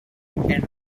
and